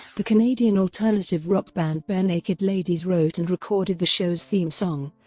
the canadian alternative rock band barenaked ladies wrote and recorded the show's theme song,